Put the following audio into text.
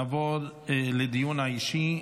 נעבור לדיון האישי.